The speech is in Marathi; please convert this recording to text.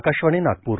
आकाशवाणी नागपूर